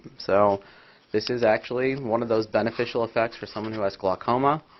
so this is actually one of those beneficial effects for someone who has glaucoma.